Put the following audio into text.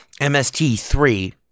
MST3